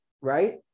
right